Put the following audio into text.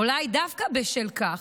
אולי דווקא בשל כך,